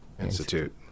Institute